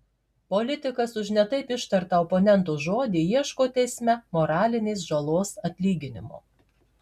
politikas už ne taip ištartą oponento žodį ieško teisme moralinės žalos atlyginimo